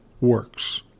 works